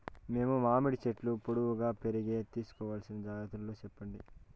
మేము మామిడి చెట్లు పొడువుగా పెరిగేకి తీసుకోవాల్సిన జాగ్రత్త లు చెప్పండి?